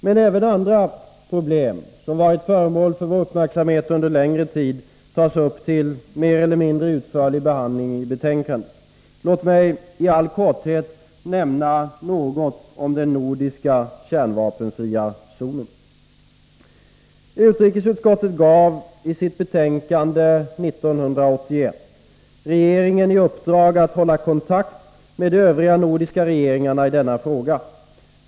Men även andra problem som varit föremål för vår uppmärksamhet under längre tid behandlas mer eller mindre utförligt i betänkandet. Låt mig i all korthet nämna något om den nordiska kärnvapenfria zonen. Utrikesutskottet gav i sitt betänkande 1981 regeringen i uppdrag att hålla kontakt med de övriga nordiska regeringarna i denna fråga.